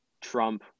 Trump